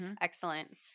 excellent